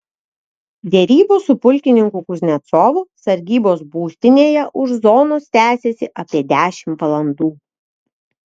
derybos su pulkininku kuznecovu sargybos būstinėje už zonos tęsėsi apie dešimt valandų